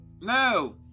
No